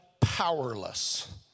powerless